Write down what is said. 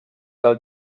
del